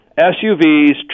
SUVs